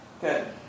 Good